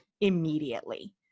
immediately